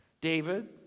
David